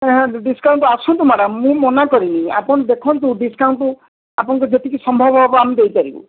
discount ଆସନ୍ତୁ madam ମୁଁ ମନା କରିନି ଆପଣ ଦେଖନ୍ତୁ ଡିସକାଉଣ୍ଟ ଆପଣଙ୍କ ଯେତିକି ସମ୍ଭବ ହେବ ଆମେ ଦେଇପାରିବୁ